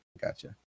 Gotcha